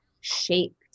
shaped